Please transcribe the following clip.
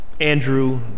Andrew